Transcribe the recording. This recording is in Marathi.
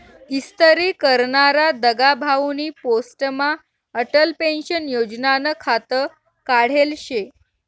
इस्तरी करनारा दगाभाउनी पोस्टमा अटल पेंशन योजनानं खातं काढेल शे